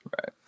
Right